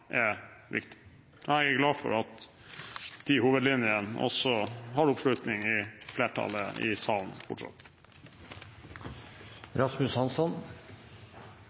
er viktig. Jeg er glad for at de hovedlinjene også har oppslutning fra flertallet i salen fortsatt.